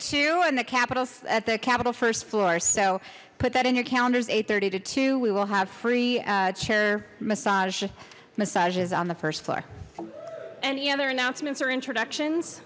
two and the capitol at the capitol first floor so put that in your calendars eight thirty to two we will have free chair massage massages on the first floor any other announcements or introductions